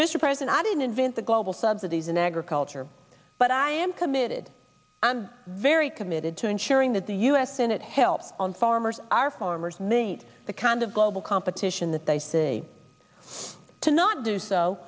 mr president i didn't invent the global subsidies in agriculture but i am committed i'm very committed to ensuring the u s senate help on farmers our farmers meet the kind of global competition that they say to not do so